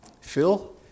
Phil